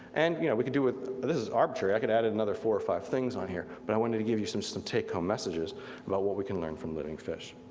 and you know we can do with, this is arbitrary, i could add in another four or five things on here, but i wanted to give you some some take-home messages about what we can learn from living fish.